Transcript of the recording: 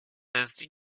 ainsi